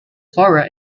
cora